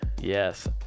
Yes